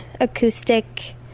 acoustic